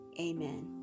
Amen